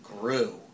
grew